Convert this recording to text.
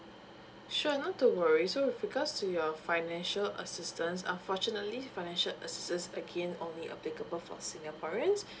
sure not to worry so with regards to your financial assistance unfortunately financial assistance again only applicable for singaporeans